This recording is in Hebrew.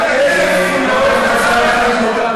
אז אם היית קורא,